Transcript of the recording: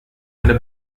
eine